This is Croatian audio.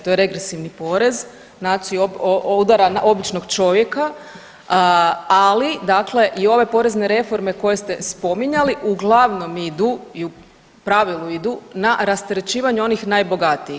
To je regresivni porez, znači udara na običnog čovjeka, ali dakle i ove porezne reforme koje ste spominjali uglavnom idu i u pravilu idu na rasterećivanje onih najbogatijih.